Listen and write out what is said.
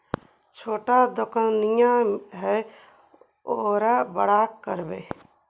छोटा दोकनिया है ओरा बड़ा करवै?